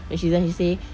then she's done she say